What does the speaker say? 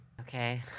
Okay